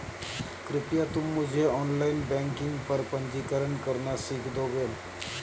कृपया तुम मुझे ऑनलाइन बैंकिंग पर पंजीकरण करना सीख दोगे?